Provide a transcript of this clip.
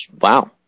wow